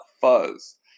fuzz